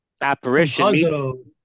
Apparition